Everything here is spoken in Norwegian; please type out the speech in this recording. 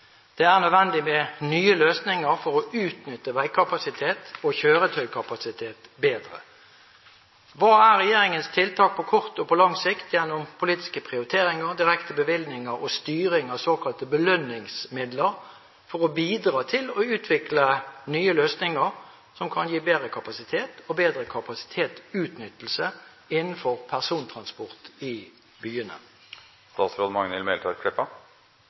Det er nødvendig med nye løsninger for å utnytte veikapasiteten og kjøretøykapasiteten bedre. Hva er regjeringens tiltak på kort og på lang sikt gjennom politiske prioriteringer, direkte bevilgninger og styring av såkalte belønningsmidler for å bidra til å utvikle nye løsninger som kan gi bedre kapasitet og bedre kapasitetsutnyttelse innenfor persontransport i